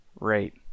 rate